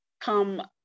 come